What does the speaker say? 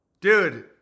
Dude